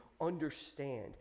understand